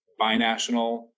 binational